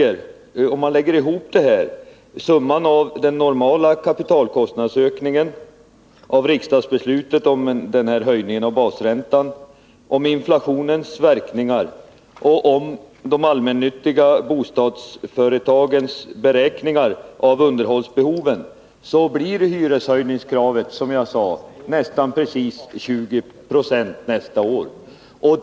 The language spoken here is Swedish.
Om vi lägger ihop summorna för den normala kapitalkostnadsökningen som uppkommer genom riksdagsbelutet om höjningen av basräntan, inflationens verkningar och de allmännyttiga bostadsföretagens beräkningar av kostnaderna för underhåll, kommer vi fram till ett hyreshöjningskrav på, som jag sade, nästan precis 20 20 för 1982.